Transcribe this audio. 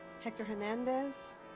hector hernandez,